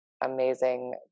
amazing